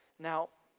now